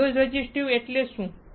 piezo resistive એટલે શું